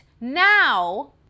now